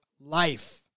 life